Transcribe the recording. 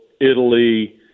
Italy